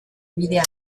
bidean